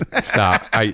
stop